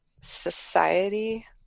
society